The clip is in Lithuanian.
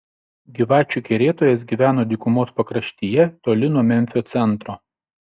gyvačių kerėtojas gyveno dykumos pakraštyje toli nuo memfio centro